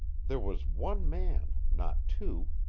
there was one man, not two.